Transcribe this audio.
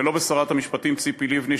ולא בשרת המשפטים ציפי לבני,